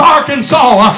Arkansas